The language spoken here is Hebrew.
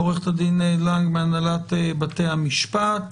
עורכת הדין לנג מהנהלת בתי המשפט.